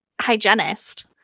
hygienist